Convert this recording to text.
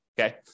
Okay